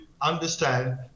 understand